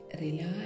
relax